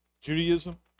Judaism